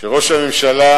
שראש הממשלה,